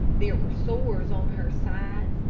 there were sores on her sides,